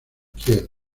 kiel